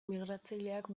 migratzaileak